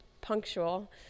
punctual